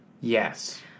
Yes